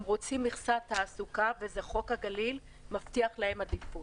הם רוצים מכסת תעסוקה וחוק הגליל מבטיח להם עדיפות.